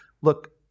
Look